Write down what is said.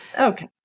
Okay